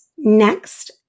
Next